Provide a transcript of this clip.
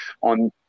on